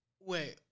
Wait